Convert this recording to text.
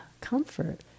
comfort